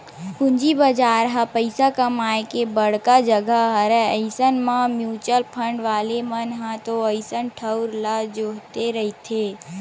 पूंजी बजार ह पइसा कमाए के बड़का जघा हरय अइसन म म्युचुअल फंड वाले मन ह तो अइसन ठउर ल जोहते रहिथे